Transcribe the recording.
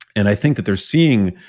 and i think that they're seeing